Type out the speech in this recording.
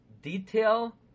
detail